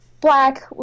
black